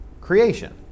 creation